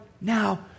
now